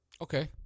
okay